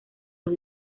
los